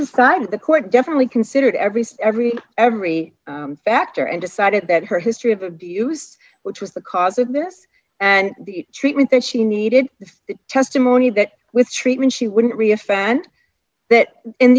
decided the court definitely considered everything every every factor and decided that her history of abuse which was the cause of this and the treatment that she needed the testimony that with treatment she wouldn't reaffirm and